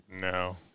No